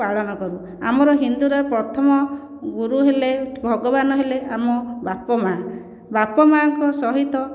ପାଳନ କରୁ ଆମର ହିନ୍ଦୁରେ ପ୍ରଥମ ଗୁରୁ ହେଲେ ଭଗବାନ ହେଲେ ଆମ ବାପା ମା' ବାପା ମା'ଙ୍କ ସହିତ